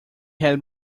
had